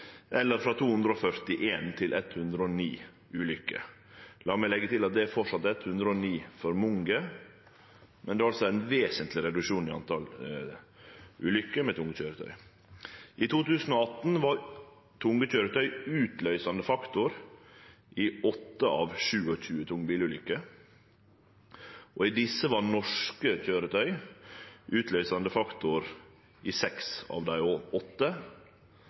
til 109 ulykker. La meg leggje til at det framleis er 109 for mange, men det er altså ein vesentleg reduksjon i talet på ulykker med tunge køyretøy. I 2018 var tunge køyretøy utløysande faktor i 8 av 27 tungbilulykker. I desse var norske køyretøy utløysande faktor i 6 av dei